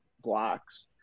blocks